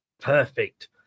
Perfect